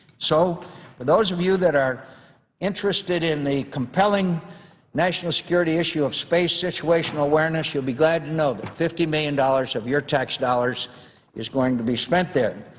so for those of you that are interested in the compelling national security issue of space situational awareness, you'll be know that fifty million dollars of your tax dollars is going to be spent there.